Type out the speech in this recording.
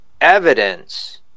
evidence